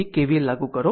તેથી KVL લાગુ કરો